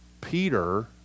Peter